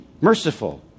merciful